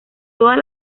todas